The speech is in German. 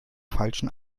falschen